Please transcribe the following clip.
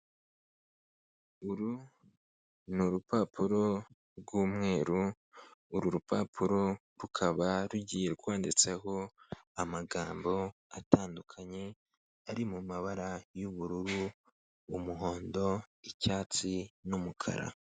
Uru ni urupapuro rw'umweru, uru rupapuro rukaba rugiye rwanditseho amagambo atandukanye, ari mu mabara y'ubururu, umuhondo, icyatsi n'umukara.